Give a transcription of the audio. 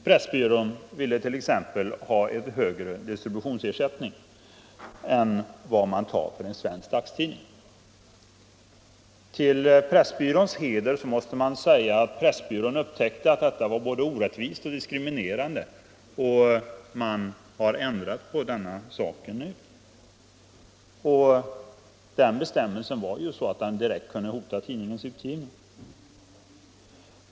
Pressbyrån ville t.ex. ha en högre distributionsersättning än för en svensk dagstidning. Till Pressbyråns heder måste man säga att Pressbyrån upptäckte att detta var både orättvist och diskriminerande och har nu ändrat sig. Pressbyråns inställning kunde annars ha direkt hotat tidningens utgivning.